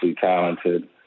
talented